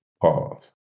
Pause